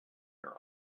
are